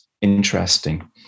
interesting